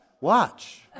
Watch